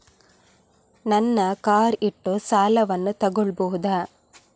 ನನ್ನ ಕಾರ್ ಇಟ್ಟು ಸಾಲವನ್ನು ತಗೋಳ್ಬಹುದಾ?